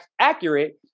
accurate